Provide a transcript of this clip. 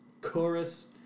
chorus